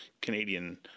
Canadian